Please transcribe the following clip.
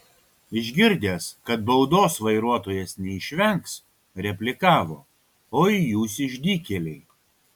išgirdęs kad baudos vairuotojas neišvengs replikavo oi jūs išdykėliai